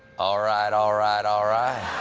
all right, all right, all right.